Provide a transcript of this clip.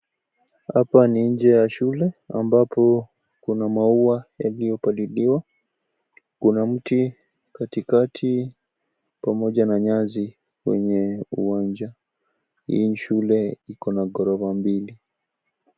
Hapa ni nje ya shule ambapo kuna maua yaliyopaliliwa kuna mti katikati pamoja na nyasi kwenye uwanja hii shule ina ghorofa mbili.